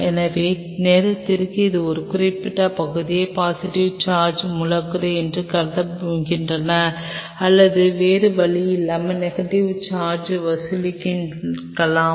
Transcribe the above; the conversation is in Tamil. எனவே நேரத்திற்கு அது ஒரு குறிப்பிட்ட பகுதியை பாசிட்டிவ் சார்ஜ் மூலக்கூறு என்று கருதுகிறது அல்லது வேறு வழியில்லாமல் நெகட்டிவ் சார்ஜ் வசூலிக்கலாம்